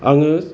आङो